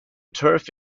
turf